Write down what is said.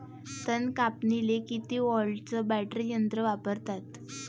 तन कापनीले किती व्होल्टचं बॅटरी यंत्र वापरतात?